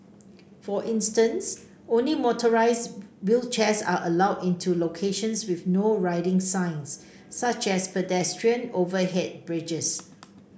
for instance only motorised wheelchairs are allowed in locations with No Riding signs such as pedestrian overhead bridges